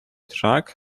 drug